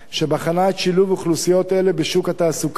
שבחנה את שילוב אוכלוסיות אלה בשוק התעסוקה,